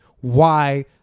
why-